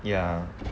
ya